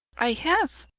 i have,